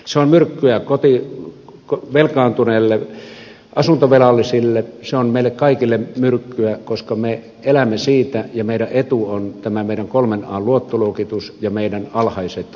se on myrkkyä velkaantuneille asuntovelallisille se on meille kaikille myrkkyä koska me elämme siitä ja meidän etumme on tämä meidän kolmen an luottoluokitus ja meidän alhaiset korkomme